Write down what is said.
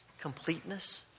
completeness